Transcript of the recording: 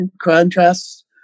Contrasts